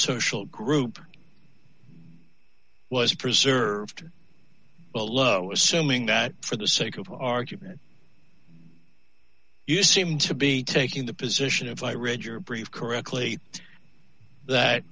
social group was preserved well lo assuming that for the sake of argument you seem to be taking the position if i read your brief correctly that